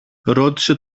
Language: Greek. ρώτησε